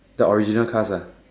the original cast ah